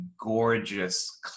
gorgeous